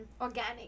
organic